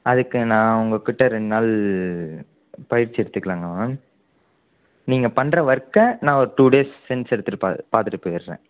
அதுக்கு நான் உங்கள்கிட்ட ரெண்டு நாள் பயிற்சி எடுத்துக்கலாங்களா மேம் நீங்கள் பண்ணுற ஒர்க்கை நான் ஒரு டூ டேஸ் சென்ஸ் எடுத்துகிட்டு பார்த்துட்டு போய்டுறேன்